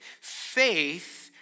Faith